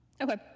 Okay